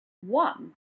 One